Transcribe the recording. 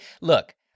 Look